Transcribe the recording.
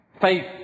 Faith